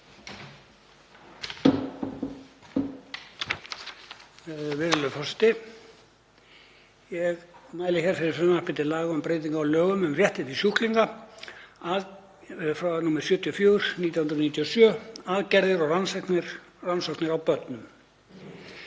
Ég mæli hér fyrir frumvarpi til laga um breytingu á lögum um réttindi sjúklinga, nr. 74/1997, aðgerðir og rannsóknir á börnum.